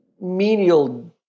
menial